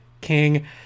King